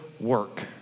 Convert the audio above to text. work